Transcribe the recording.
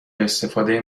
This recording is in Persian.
استفاده